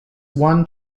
one